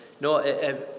no